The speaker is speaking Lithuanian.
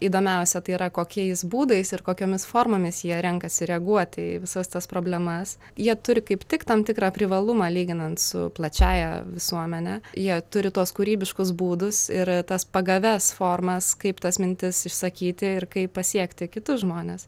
įdomiausia tai yra kokiais būdais ir kokiomis formomis jie renkasi reaguoti į visas tas problemas jie turi kaip tik tam tikrą privalumą lyginant su plačiąja visuomene jie turi tuos kūrybiškus būdus ir tas pagavias formas kaip tas mintis išsakyti ir kaip pasiekti kitus žmones